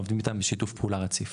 עובדים איתם בשיתוף פעולה רציף.